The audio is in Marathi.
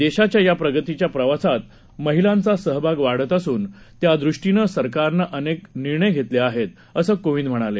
देशाच्या या प्रगतीच्या प्रवासात महिलांचा सहभाग वाढत असून त्यादृष्टीनंही सरकारनं अनेक निर्णय घेतले आहेत असं कोविंद म्हणाले